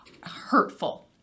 hurtful